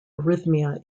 arrhythmia